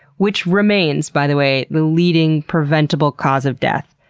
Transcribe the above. which remains, by the way, the leading preventable cause of death.